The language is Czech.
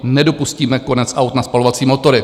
Nedopustíme konec aut na spalovací motory.